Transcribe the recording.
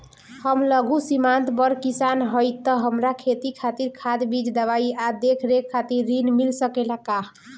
हम लघु सिमांत बड़ किसान हईं त हमरा खेती खातिर खाद बीज दवाई आ देखरेख खातिर ऋण मिल सकेला का?